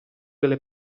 sulle